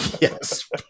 Yes